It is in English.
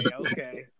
okay